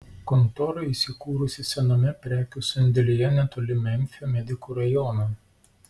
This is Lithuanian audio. kontora įsikūrusi sename prekių sandėlyje netoli memfio medikų rajono